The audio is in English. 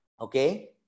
Okay